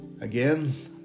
Again